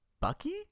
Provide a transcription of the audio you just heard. bucky